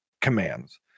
commands